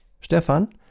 Stefan